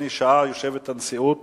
הנשיאות יושבת כל יום שני במשך שעה